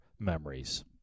memories